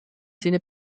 sinne